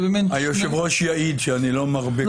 היושב-ראש יעיד שאני לא מרבה כך